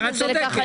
את צודקת.